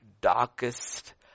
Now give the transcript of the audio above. darkest